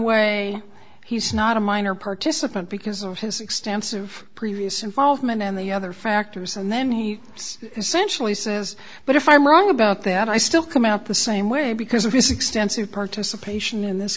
way he's not a minor participant because of his extensive previous involvement and the other factors and then he essentially says but if i'm wrong about that i still come out the same way because of his extensive participation in this